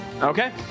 Okay